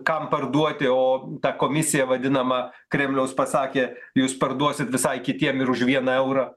kam parduoti o ta komisija vadinama kremliaus pasakė jūs parduosit visai kitiem ir už vieną eurą